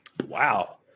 Wow